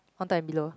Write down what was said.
one time and below